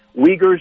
Uyghurs